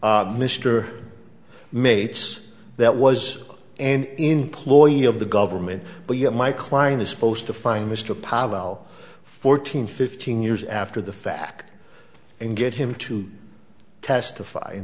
mr mates that was an employee of the government but yet my client is supposed to find mr pawel fourteen fifteen years after the fact and get him to testify in